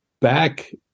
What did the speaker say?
Back